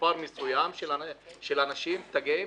למספר מסוים של אנשים תגים,